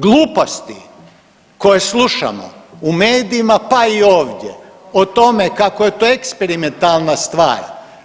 Gluposti koje slušamo u medijima pa i ovdje o tome kako je to eksperimentalna stvar,